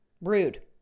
Rude